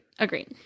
Agreed